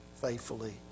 faithfully